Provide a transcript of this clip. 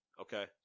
okay